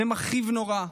זה מכאיב נורא,